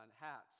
hats